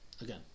again